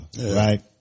right